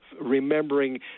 remembering